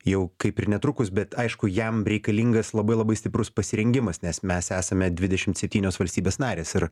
jau kaip ir netrukus bet aišku jam reikalingas labai labai stiprus pasirengimas nes mes esame dvidešim septynios valstybės narės ir